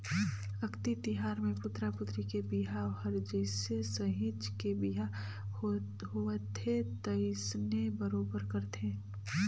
अक्ती तिहार मे पुतरा पुतरी के बिहाव हर जइसे सहिंच के बिहा होवथे तइसने बरोबर करथे